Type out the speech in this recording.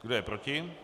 Kdo je proti?